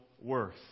Worth